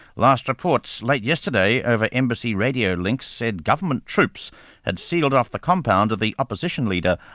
last reports late yesterday over embassy radio links, said government troops had sealed off the compound of the opposition leader,